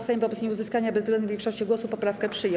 Sejm wobec nieuzyskania bezwzględnej większości głosów poprawkę przyjął.